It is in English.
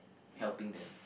helping them